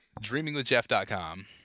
DreamingWithJeff.com